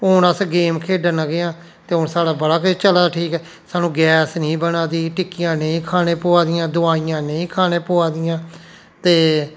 हून अस गेम खेढन लगे आं ते हून साढ़ा बड़ा किश चला दा ठीक ऐ सानू गैस नी बना दी टिक्कियां नेईं खाने पवा दियां दवाइयां नेईं खाने पवा दियां ते